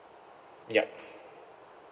yup